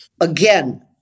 Again